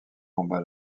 combats